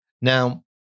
now